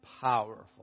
powerful